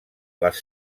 les